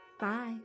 Bye